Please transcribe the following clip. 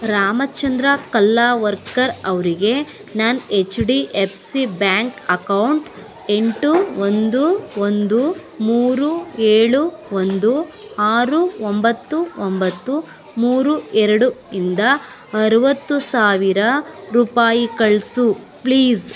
ರಾಮಚಂದ್ರ ಕಲ್ಲಾವರ್ಕರ್ ಅವರಿಗೆ ನನ್ನ H D F C bank account ಎಂಟು ಒಂದು ಒಂದು ಮೂರು ಏಳು ಒಂದು ಆರು ಒಂಬತ್ತು ಒಂಬತ್ತು ಮೂರು ಎರಡು ಇಂದ ಅರವತ್ತು ಸಾವಿರ ರೂಪಾಯಿ ಕಳಿಸು ಪ್ಲೀಸ್